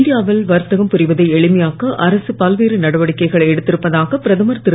இந்தியாவில் வர்த்தகம் புரிவதை எளிமையாக்க அரசு பல்வேறு நடவடிக்கைகளை எடுத்திருப்பதாக பிரதமர் திரு